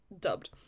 dubbed